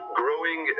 growing